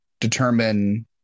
determine